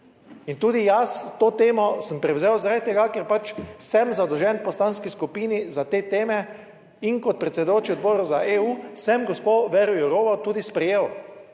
in tudi jaz to temo sem prevzel, zaradi tega, ker pač sem zadolžen poslanski skupini za te teme in kot predsedujoči Odboru za EU sem gospo Vero Jourovo tudi sprejel